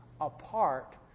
apart